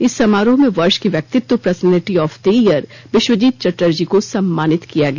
इस समारोह में वर्ष के व्यक्तित्व personality of the year Biswajit Chatterjee को सम्मानित किया गया